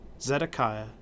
Zedekiah